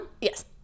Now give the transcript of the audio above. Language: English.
yes